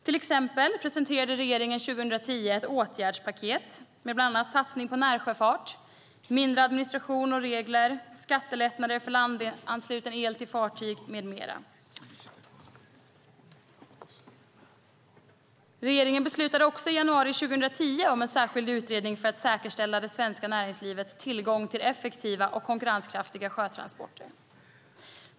Till exempel presenterade regeringen 2010 ett åtgärdspaket med bland annat satsning på närsjöfart, mindre administration och färre regler, skattelättnader för landansluten el till fartyg med mera. Regeringen beslutade också i januari 2010 om en särskild utredning för att säkerställa det svenska näringslivets tillgång till effektiva och konkurrenskraftiga sjötransporter.